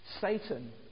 Satan